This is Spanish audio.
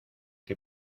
qué